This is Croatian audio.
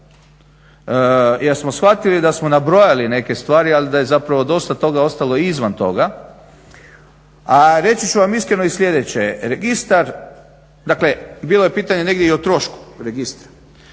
jer smo shvatili da smo nabrojali neke stvari, ali da je zapravo dosta toga ostalo izvan toga. A reći ću vam iskreno i sljedeće, registar, dakle bilo je pitanje negdje i o trošku registra.